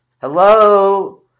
Hello